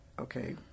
okay